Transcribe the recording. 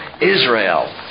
Israel